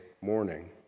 morning